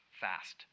fast